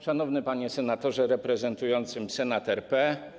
Szanowny Panie Senatorze reprezentujący Senat RP!